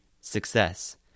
success